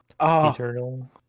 eternal